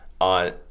on